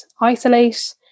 isolate